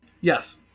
Yes